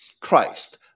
Christ